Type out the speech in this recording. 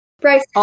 Bryce